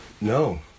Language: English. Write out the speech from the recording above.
no